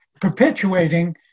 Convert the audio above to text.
perpetuating